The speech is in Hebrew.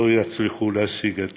הן לא יצליחו להשיג את